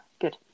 good